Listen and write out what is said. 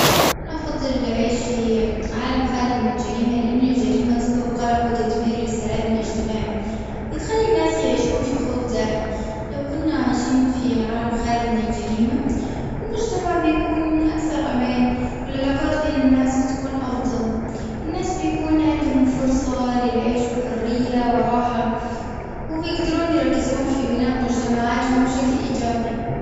أنا أفضل العيش في عالم خالي من الجريمة لأن الجريمة تسبب قلق وتدمير للسلام الاجتماعي. وتخلي الناس يعيشون في خوف دائم. لو كنا عايشين في عالم خالي من الجريمة. المجتمع بيكون أكثر أمان. والعلاقات بين الناس بتكون أفضل. الناس بيكون عندهم فرصة للعيش بحرية وراحة. وبيقدرون يركزون في بناء مجتمعاتهم بشكل إيجابي.